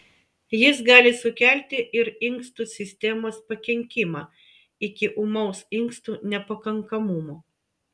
jis gali sukelti ir inkstų sistemos pakenkimą iki ūmaus inkstų nepakankamumo